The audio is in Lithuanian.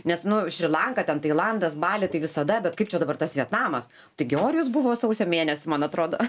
nes nu šri lanka ten tailandas balį tai visada bet kaip čia dabar tas vietnamas taigi orijus buvo sausio mėnesį man atrodo